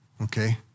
okay